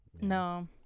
no